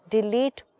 Delete